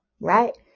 right